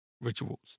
rituals